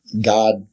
God